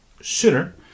sooner